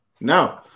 no